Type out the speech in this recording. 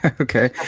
Okay